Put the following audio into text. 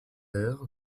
ère